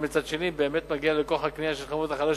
ומצד שני באמת מגיע לכוח הקנייה של שכבות חלשות